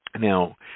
Now